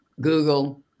Google